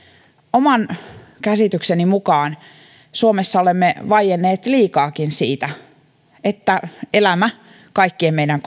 oman käsitykseni mukaan olemme suomessa vaienneet liikaakin siitä että elämä päättyy kaikkien meidän